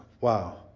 Wow